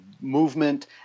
movement